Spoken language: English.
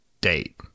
date